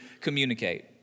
communicate